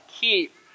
keep